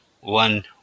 one